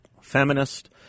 feminist